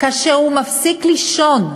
כאשר הוא מפסיק לישון,